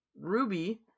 Ruby